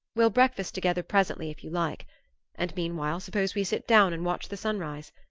we'll breakfast together presently if you like and meanwhile suppose we sit down and watch the sunrise.